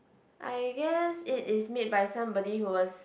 I guess it is made by somebody who was